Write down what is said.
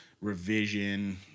revision